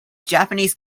japanese